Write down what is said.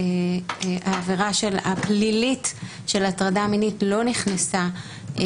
העבירה הפלילית של הטרדה מינית לא נכנסה.